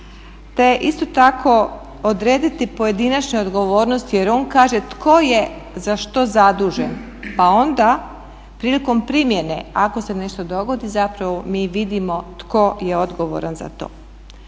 te isto tako odrediti pojedinačne odgovornosti jer on kaže tko je za što zadužen pa onda prilikom primjene ako se nešto dogodi zapravo mi vidimo tko je odgovoran za to.